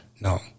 No